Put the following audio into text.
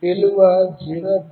విలువ 0